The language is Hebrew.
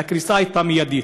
אלא הקריסה הייתה מיידית.